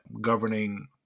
governing